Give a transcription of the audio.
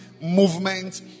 movement